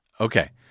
Okay